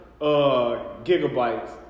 gigabytes